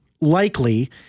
likely